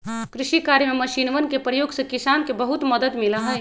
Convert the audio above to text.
कृषि कार्य में मशीनवन के प्रयोग से किसान के बहुत मदद मिला हई